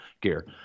gear